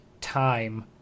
time